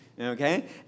Okay